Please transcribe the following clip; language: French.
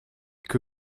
que